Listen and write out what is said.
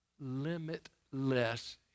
limitless